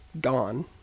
gone